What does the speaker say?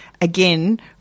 again